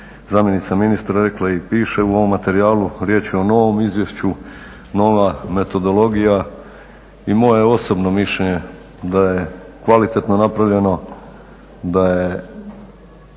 zamjenica ministra rekla i piše u ovom materijalu, riječ je o novom izvješću, nova metodologija i moje je osobno mišljenje da je kvalitetno napravljeno, da je